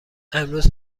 امروز